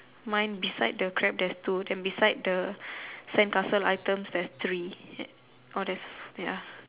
mine beside the crab there's two and beside the sandcastle item there's three oh there's ya